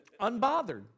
unbothered